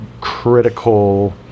critical